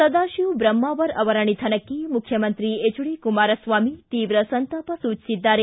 ಸದಾಶಿವ ಬ್ರಹ್ಮಾವರ ಅವರ ನಿಧನಕ್ಕೆ ಮುಖ್ಯಮಂತ್ರಿ ಹೆಚ್ ಡಿ ಕುಮಾರಸ್ವಾಮಿ ತೀವ್ರ ಸಂತಾಪ ವ್ಯಕ್ತಪಡಿಸಿದ್ದಾರೆ